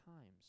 times